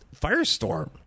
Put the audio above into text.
Firestorm